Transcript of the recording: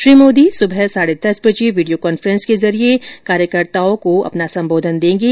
श्री मोदी सुबह साढे दस बजे वीडियो कांफ्रेंस के जरिये कार्यकर्ताओं को संबोधित करेंगे